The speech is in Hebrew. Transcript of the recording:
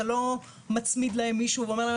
אתה לא מצמיד להם מישהו ואומר להם,